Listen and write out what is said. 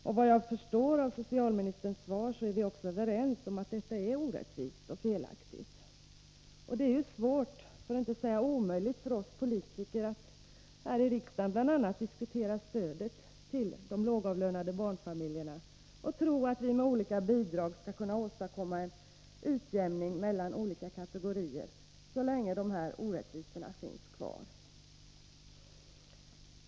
Såvitt jag förstår av socialministerns svar är vi också överens om att dessa avgiftsskillnader är orättvisa och felaktiga. Det är svårt för att inte säga omöjligt för oss politiker att här i riksdagen diskutera stödet till de lågavlönade barnfamiljerna och tro att vi med olika bidrag skall kunna åstadkomma en utjämning mellan skilda kategorier människor så länge dessa orättvisor finns kvar.